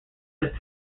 that